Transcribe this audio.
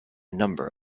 number